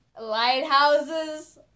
Lighthouses